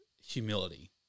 humility